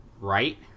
right